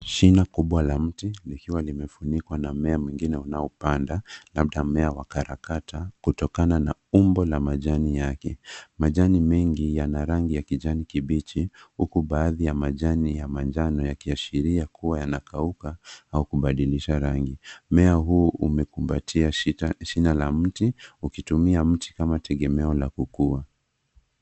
Shina kubwa la mti likiwa limefunikwa na mmea mwingine unaopanda labda mmea wa karakata kutokana na umbo la majani yake. Majani mengi yana rangi ya kijani kibichi huku baadhi ya majani ya manjano yakiashiria kuwa yanakauka au kubadilisha rangi. Mmea huu umekumbatia shina la mti ukitumia mti kama tegemeo la kukua.